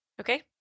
Okay